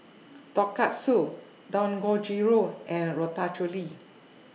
Tonkatsu Dangojiru and Ratatouille